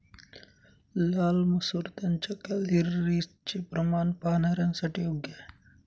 लाल मसूर त्यांच्या कॅलरीजचे प्रमाण पाहणाऱ्यांसाठी योग्य आहे